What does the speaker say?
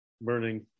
burning